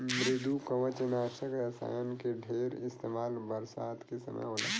मृदुकवचनाशक रसायन के ढेर इस्तेमाल बरसात के समय होला